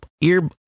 ear